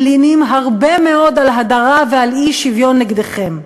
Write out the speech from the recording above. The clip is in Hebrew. מלינים הרבה מאוד על הדרה ועל אי-שוויון נגדכם,